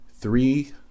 three